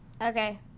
Okay